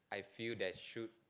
I feel that should